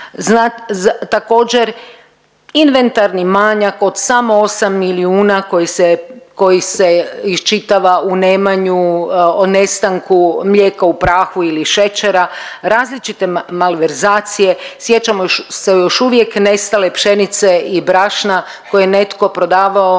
Također inventarni manjak od samo 8 milijuna koji se iščitava o nemanju, o nestanku mlijeka u prahu ili šećera, različite malverzacije. Sjećamo se još uvijek nestale pšenice i brašna koje je netko prodavao